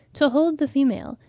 to hold the female,